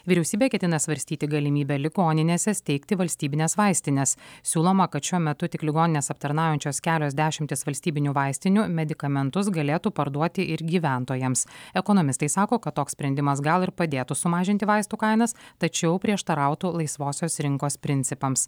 vyriausybė ketina svarstyti galimybę ligoninėse steigti valstybines vaistines siūloma kad šiuo metu tik ligonines aptarnaujančios kelios dešimtys valstybinių vaistinių medikamentus galėtų parduoti ir gyventojams ekonomistai sako kad toks sprendimas gal ir padėtų sumažinti vaistų kainas tačiau prieštarautų laisvosios rinkos principams